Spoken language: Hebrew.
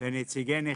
ונציגי נכים.